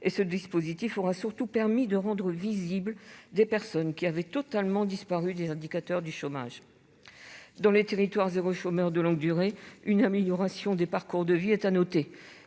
Ce dispositif aura surtout permis de rendre visibles des personnes qui avaient totalement disparu des indicateurs du chômage. Dans les territoires zéro chômeur de longue durée, une amélioration des parcours de vie est à noter.